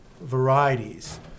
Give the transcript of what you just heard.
varieties